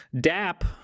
DAP